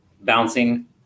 bouncing